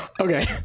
Okay